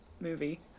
movie